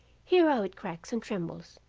hear how it cracks and trembles.